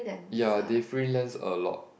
ya they freelance a lot